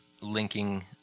linking